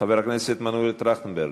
חבר הכנסת מנואל טרכטנברג,